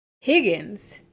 Higgins